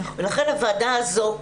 לכן הוועדה הזו,